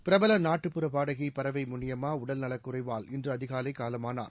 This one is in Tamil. பிரபல நாட்டுப்புற பாடகி பரவை முனியம்மா உடல்நலக் குறைவால் இன்று அதிகாலை காலமானார்